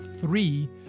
three